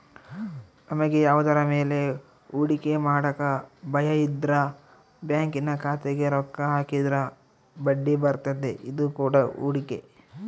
ನಮಗೆ ಯಾವುದರ ಮೇಲೆ ಹೂಡಿಕೆ ಮಾಡಕ ಭಯಯಿದ್ರ ಬ್ಯಾಂಕಿನ ಖಾತೆಗೆ ರೊಕ್ಕ ಹಾಕಿದ್ರ ಬಡ್ಡಿಬರ್ತತೆ, ಇದು ಕೂಡ ಹೂಡಿಕೆ